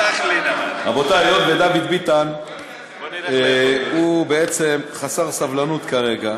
רבותי, היות שדוד ביטן חסר סבלנות כרגע,